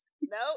No